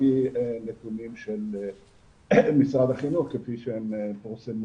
זה על פי נתונים של משרד החינוך כפי שהם פורסמו